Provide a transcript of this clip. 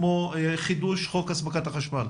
כמו חידוש חוק הספקת החשמל.